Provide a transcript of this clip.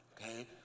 Okay